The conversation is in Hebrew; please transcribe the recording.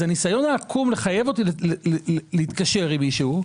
הניסיון העקום לחייב אותי להתקשר עם מישהו,